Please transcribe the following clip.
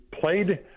played –